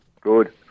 Good